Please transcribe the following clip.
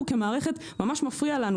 אנחנו כמערכת זה ממש מפריע לנו.